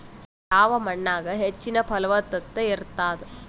ಯಾವ ಮಣ್ಣಾಗ ಹೆಚ್ಚಿನ ಫಲವತ್ತತ ಇರತ್ತಾದ?